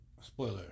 Spoiler